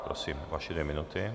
Prosím, vaše dvě minuty.